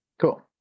Cool